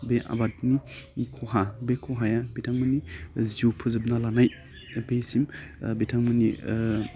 बे आबादनि खहा बे खहाया बिथांमोननि जिउ फोजोबना लानाय बे सिम बिथांमोननि